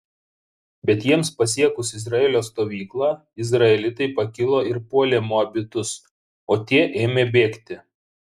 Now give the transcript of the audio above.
bet jiems pasiekus izraelio stovyklą izraelitai pakilo ir puolė moabitus o tie ėmė bėgti